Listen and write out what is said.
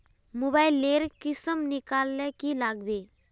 Mobile लेर किसम निकलाले की लागबे?